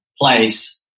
place